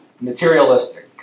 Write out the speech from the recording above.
materialistic